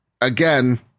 again